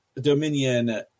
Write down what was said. Dominion